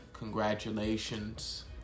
Congratulations